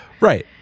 Right